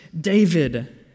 David